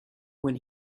when